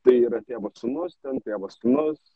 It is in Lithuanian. tai yra tėvas sūnus ten tėvas sūnus